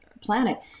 planet